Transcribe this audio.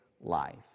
life